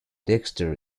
dexter